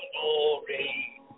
glory